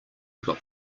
got